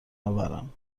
آورم